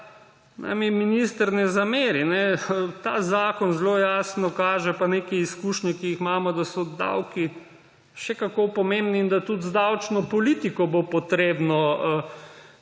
naj mi minister ne zameri. Ta zakon zelo jasno kaže, pa neke izkušnje, ki jih imamo, da so davki še kako pomembni in da bo tudi z davčno politiko potrebno